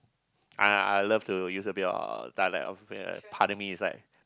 uh I love to use a bit of dialect part of me is like